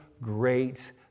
great